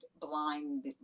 blind